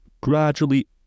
gradually